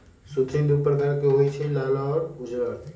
सुथनि दू परकार के होई छै लाल आ उज्जर